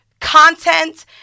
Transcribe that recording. content